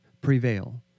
prevail